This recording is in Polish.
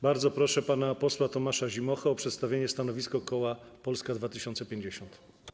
Bardzo proszę pana posła Tomasza Zimocha o przedstawienie stanowiska koła Polska 2050.